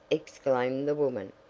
exclaimed the woman.